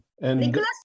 Nicholas